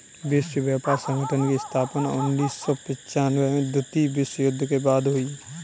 विश्व व्यापार संगठन की स्थापना उन्नीस सौ पिच्यानबें में द्वितीय विश्व युद्ध के बाद हुई